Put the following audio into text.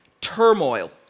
turmoil